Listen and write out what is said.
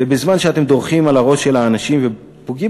ובזמן שאתם דורכים על הראש של האנשים ופוגעים